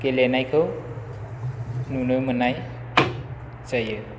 गेलेनायखौ नुनो मोननाय जायो